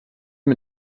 mit